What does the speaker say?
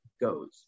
goes